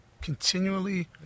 Continually